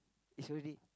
is already